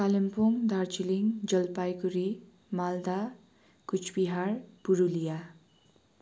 Kalimpong Darjeeling Jalpaiguri Malda Cooch Behar Purulia